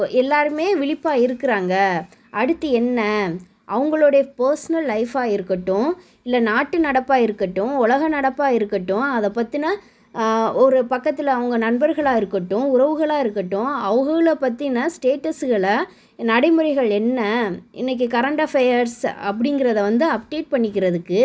எல்லோருமே விழிப்பா இருக்கிறாங்க அடுத்து என்ன அவங்களோடைய பேர்ஸ்னல் லைஃபாக இருக்கட்டும் இல்லை நாட்டு நடப்பாக இருக்கட்டும் உலக நடப்பாக இருக்கட்டும் அதை பற்றின ஒரு பக்கத்தில் அவங்க நண்பர்களாக இருக்கட்டும் உறவுகளாக இருக்கட்டும் அவகள பற்றின ஸ்டேட்டஸுகளை நடைமுறைகள் என்ன இன்றைக்கி கரெண்ட் அஃபயர்ஸ் அப்படிங்குறத வந்து அப்டேட் பண்ணிக்கிறதுக்கு